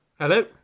Hello